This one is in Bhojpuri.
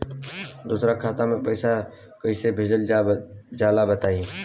दोसरा खाता में पईसा कइसे भेजल जाला बताई?